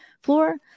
floor